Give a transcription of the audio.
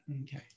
Okay